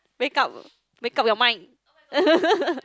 wake up wake up your mind